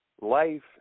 life